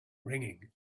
ringing